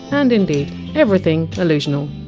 and indeed everything allusional,